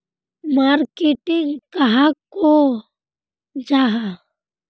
Marketing कहाक को जाहा?